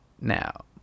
now